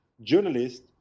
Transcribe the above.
journalist